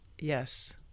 yes